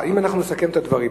אם אנחנו נסכם את הדברים,